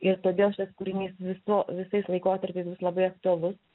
ir todėl šitas kūrinys viso visais laikotarpiais bus labai aktualus